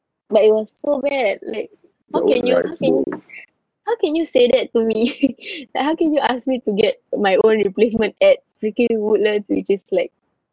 but it was so bad like how can you how can how can you say that to me like how can you ask me to get my own replacement at freaking woodlands which is like